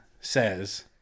says